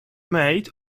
made